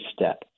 step